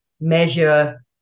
measure